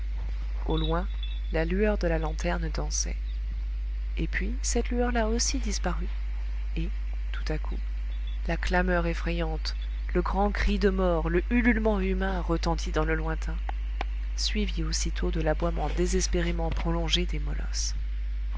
au loin la lueur de la lanterne dansait et puis cette lueur là aussi disparut et tout à coup la clameur effrayante le grand cri de mort le ululement humain retentit dans le lointain suivi aussitôt de l'aboiement désespérément prolongé des molosses